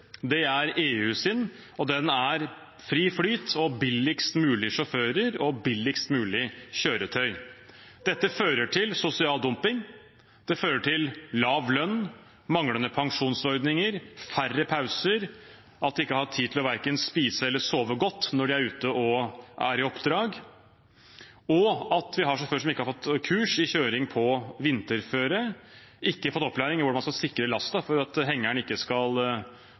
Det er EU sin, og den er fri flyt, billigst mulig sjåfører og billigst mulig kjøretøy. Dette fører til sosial dumping. Det fører til lav lønn, manglende pensjonsordninger, færre pauser, ikke tid til verken å spise eller sove godt når man er ute i oppdrag, og sjåfører som ikke har fått kurs i kjøring på vinterføre eller opplæring i hvordan man skal sikre lasten for at hengeren ikke skal